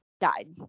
died